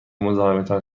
مزاحمتان